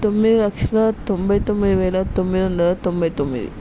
తొమ్మిది లక్షల తొంభై తొమ్మిది వేల తొమ్మిది వందల తొంభై తొమ్మిది